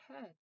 head